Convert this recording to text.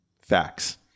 Facts